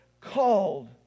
Called